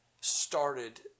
started